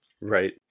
Right